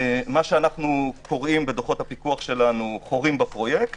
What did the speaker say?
מה שאנו קוראים בדוחות הפיקוח שלנו חורים בפרויקט